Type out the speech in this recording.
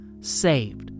saved